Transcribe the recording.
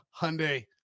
Hyundai